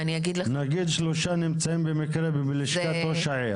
נגיד שלושה נמצאים במקרה בלשכת ראש העיר?